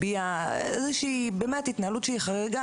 מביע איזושהי התנהלות שהיא חריגה,